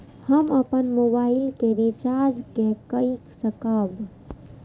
हम अपन मोबाइल के रिचार्ज के कई सकाब?